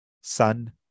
sun